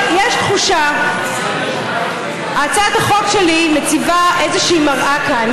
הצעת החוק שלי מציבה איזושהי מראה כאן.